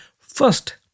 first